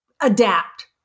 adapt